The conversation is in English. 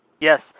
Yes